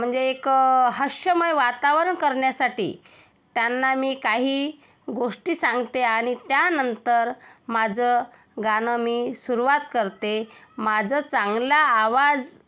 म्हणजे एक हास्यमय वातावरण करण्यासाठी त्यांना मी काही गोष्टी सांगते आणि त्यानंतर माझं गाणं मी सुरुवात करते माझं चांगला आवाज